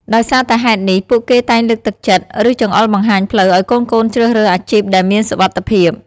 ដោយសារតែហេតុនេះ ពួកគេតែងលើកទឹកចិត្ត ឬចង្អុលបង្ហាញផ្លូវឲ្យកូនៗជ្រើសរើសអាជីពដែលមានសុវត្ថិភាព។